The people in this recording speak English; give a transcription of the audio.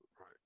Right